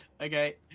Okay